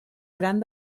gran